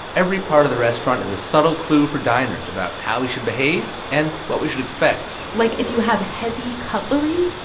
every part of the restaurant is a subtle clue for diners about how we should behave and what we should expect like, if you have heavy cutlery,